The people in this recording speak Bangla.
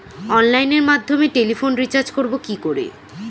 অনলাইনের মাধ্যমে টেলিফোনে রিচার্জ করব কি করে?